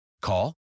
Call